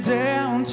down